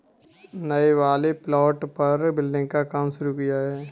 नए वाले प्लॉट पर बिल्डिंग का काम शुरू किया है